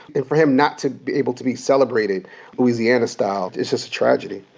and for him not to be able to be celebrated louisiana style is just a tragedy.